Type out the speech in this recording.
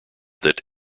that